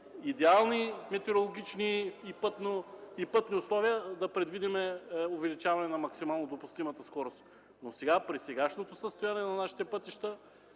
идеални метеорологични и пътни условия увеличаване на максимално допустимата скорост. Но при сегашното състояние на нашите пътища